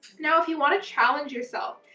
now if you want to challenge yourself,